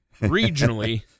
regionally